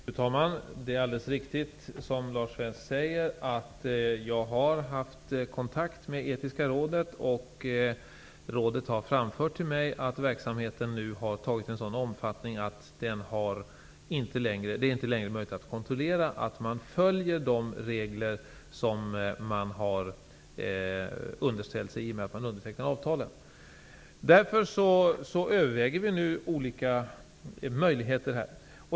Fru talman! Det är alldeles riktigt som Lars Svensk säger att jag har haft kontakt med Etiska rådet. Rådet har framfört till mig att verksamheten nu har fått en sådan omfattning att det inte längre är möjligt att kontrollera att man följer de regler som man har underställt sig genom att underteckna avtalet. Därför överväger vi olika möjligheter.